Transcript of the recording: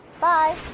Bye